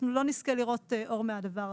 אנחנו לא נזכה לראות אור מהדבר הזה.